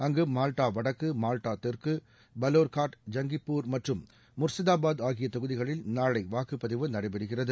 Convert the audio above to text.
அங்கு மால்டா வடக்கு மால்டா தெற்கு பலோர்காட் ஜங்கிப்பூர் மற்றும் முர்சிதாபாத் ஆகிய தொகுதிகளில் நாளை வாக்குப்பதிவு நடைபெறுகிறது